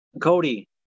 Cody